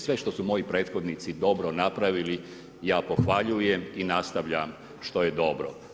Sve što su moji prethodnici dobro napravili ja pohvaljujem i nastavljam što je dobro.